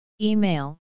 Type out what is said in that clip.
Email